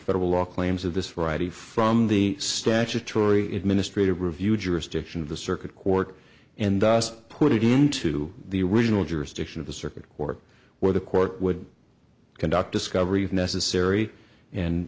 federal law claims of this friday from the statutory administrative review jurisdiction of the circuit court and put it into the original jurisdiction of the circuit or where the court would conduct discovery of necessary and